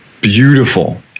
beautiful